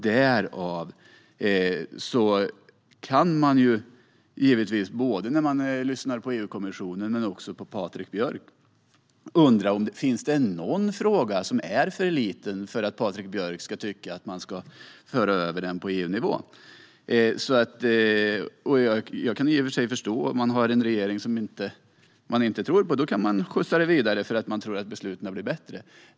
Därmed kan man ju givetvis, både när man lyssnar på EU-kommissionen och när man lyssnar på Patrik Björck, undra om det finns någon fråga som är för liten för att Patrik Björck ska tycka att den ska föras över till EU-nivå. Om man har en regering man inte tror på förstår jag i och för sig att man kan skjutsa det vidare, eftersom man tror att besluten då blir bättre.